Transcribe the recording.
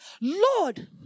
Lord